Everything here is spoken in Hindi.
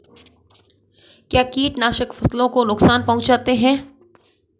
क्या कीटनाशक फसलों को नुकसान पहुँचाते हैं?